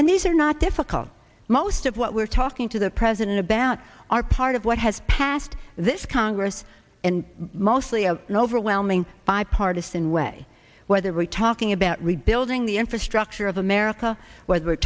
and these are not difficult most of what we're talking to the president about are part of what has passed this congress and mostly overwhelming bipartisan way whether we're talking about rebuilding the infrastructure of america w